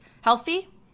healthy